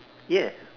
ya